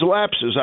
lapses